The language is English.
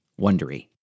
wondery